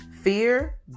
fear